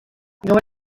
gaur